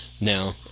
Now